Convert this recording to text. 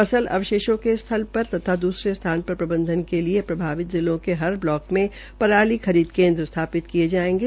फसल अवशेषों के स्थल पर तथा दुसरे स्थान पर प्रबंधन के लिए प्रभावित जिलों के हर ब्लाक में पराली खरीद केन्द्र स्थापित किये जायेंगे